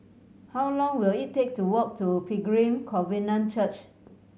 how long will it take to walk to Pilgrim Covenant Church